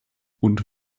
und